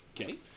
Okay